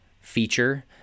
feature